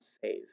save